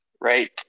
right